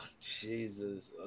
Jesus